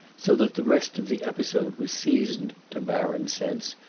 so that the rest of the episode was seasoned, to baron's sense,